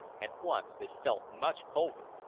at once they felt much colder.